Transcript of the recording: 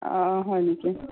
অঁ হয় নেকি